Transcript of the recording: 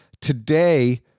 Today